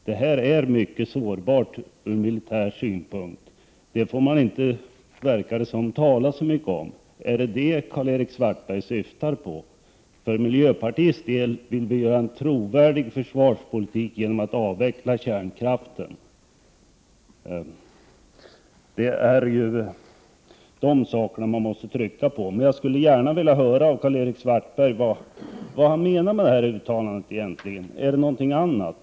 Att kärnkraftverken är mycket sårbara ur militär synpunkt får man, verkar det som, inte tala så mycket om. Är det detta Karl-Erik Svartberg syftar på? För miljöpartiets del vill vi göra försvarspolitiken trovärdig genom att avveckla kärnkraften. Det är de sakerna man måste trycka på. Men jag skulle gärna vilja höra av Karl-Erik Svartberg vad han egentligen menar med sitt uttalande. Är det någonting annat?